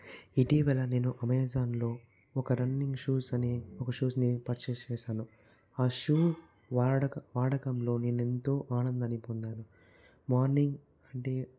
ఇటీవల నేను అమెజాన్ లో ఒక రన్నింగ్ షూస్ అనే ఒక షూస్ ని పర్చేస్ చేశాను ఆ షూ వాడకంలో నేనంతో ఆనందాన్ని పొందాను మార్నింగ్ అంటే